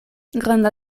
granda